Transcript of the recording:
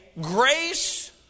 grace